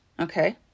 Okay